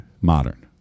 modern